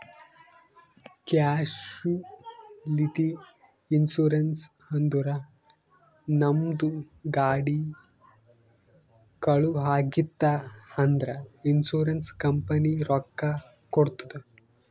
casualty insurance ಅಂದುರ್ ನಮ್ದು ಗಾಡಿ ಕಳು ಆಗಿತ್ತ್ ಅಂದ್ರ ಇನ್ಸೂರೆನ್ಸ್ ಕಂಪನಿ ರೊಕ್ಕಾ ಕೊಡ್ತುದ್